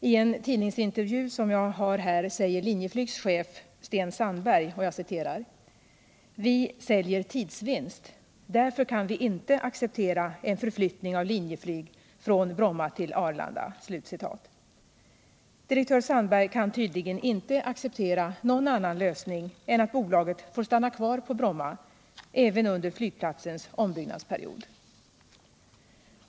I en tidningsintervju säger Linjeflygs chef Sten Sandberg: ”Vi säljer tidsvinst, därför kan vi inte acceptera en förflyttning av Linjeflyg från Bromma till Arlanda.” Direktör Sandberg kan tydligen inte acceptera någon annan lösning än att bolaget får stanna kvar på Bromma — även under flygplatsens ombyggnadsperiod.